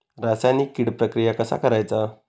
रासायनिक कीड प्रक्रिया कसा करायचा?